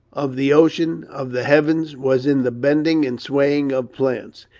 of the ocean, of the heavens, was in the bending and swaying of plants,